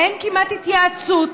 אין כמעט התייעצות.